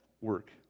work